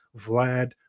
Vlad